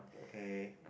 okay